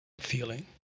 feeling